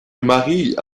marie